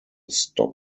stop